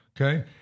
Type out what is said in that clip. Okay